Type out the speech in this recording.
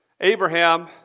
Abraham